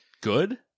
Good